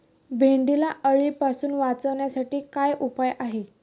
भेंडीला अळीपासून वाचवण्यासाठी काय उपाय आहे?